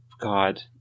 god